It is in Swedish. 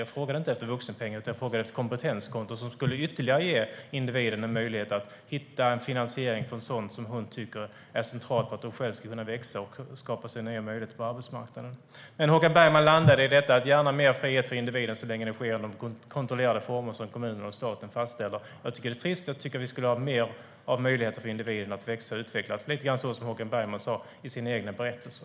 Jag frågade inte efter vuxenpeng, utan jag frågade efter kompetenskonto som skulle ge individen ytterligare en möjlighet att hitta en finansiering för sådant som hon tycker är centralt för att hon själv ska kunna växa och skapa sig nya möjligheter på arbetsmarknaden. Men Håkan Bergman landade i detta: Det får gärna vara mer frihet för individen så länge det sker i kontrollerade former som kommunen och staten fastställer. Jag tycker att det är trist. Jag tycker att vi skulle ha mer möjligheter för individen att växa och utvecklas, lite grann så som Håkan Bergman sa i sina egna berättelser.